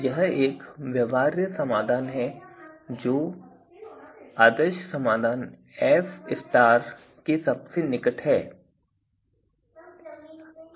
यह एक व्यवहार्य समाधान है जो आदर्श समाधान F के सबसे निकट है